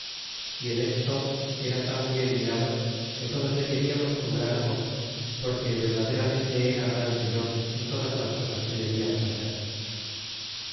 y en esto era tan bien mirado que todos le queriamos con gran amor porque verdaderamente era gran señor en todas las cosas que le viamos hacer